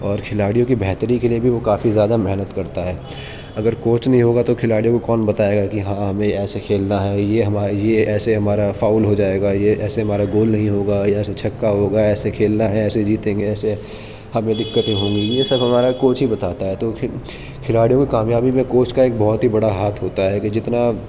اور کھلاڑیوں کی بہتری کے لیے بھی وہ کافی زیادہ محنت کرتا ہے اگر کوچ نہیں ہوگا تو کھلاڑیوں کو کون بتائے گا کہ ہاں ہمیں ایسے کھیلنا ہے یہ یہ ایسے ہمارا فاؤل ہو جائے گا یہ ایسے ہمارا گول نہیں ہوگا یا ایسے چھکا ہوگا ایسے کھیلنا ہے ایسے جیتیں گے ایسے ہمیں دقتیں ہوں گی یہ سب ہمارا کوچ ہی بتاتا ہے تو کھلاڑیوں کی کامیابی میں کوچ کا ایک بہت ہی بڑا ہاتھ ہوتا ہے کہ جتنا